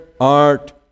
art